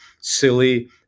silly